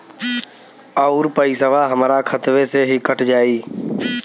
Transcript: अउर पइसवा हमरा खतवे से ही कट जाई?